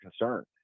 concern